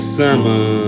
summer